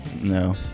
No